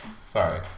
Sorry